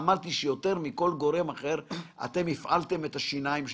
אמרתי שאתם יותר מכל גורם אחר הפעלתם אם השיניים שלכם.